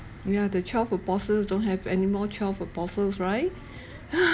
ya the twelve apostles don't have anymore twelve apostles right